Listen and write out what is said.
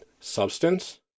substance